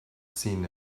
seen